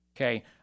Okay